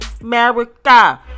America